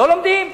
לא לומדים.